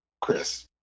Chris